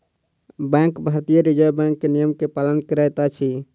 bank भारतीय reserve bank के नियम के पालन करैत अछि